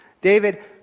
David